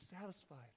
satisfied